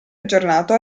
aggiornato